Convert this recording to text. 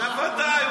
בוודאי,